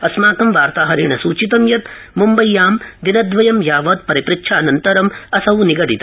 अस्माकं वार्ताहरेण सूचितं यत् मुम्बय्यां दिनद्वयं यावत् परिपृच्छानन्तरम् असौ निगडित